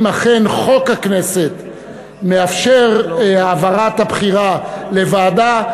אם אכן חוק הכנסת מאפשר העברת הבחירה לוועדה,